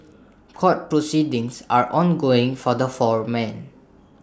court proceedings are ongoing for the four men